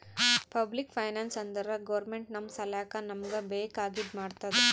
public finance ಅಂದುರ್ government ನಮ್ ಸಲ್ಯಾಕ್ ನಮೂಗ್ ಬೇಕ್ ಆಗಿದ ಮಾಡ್ತುದ್